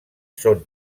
són